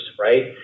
right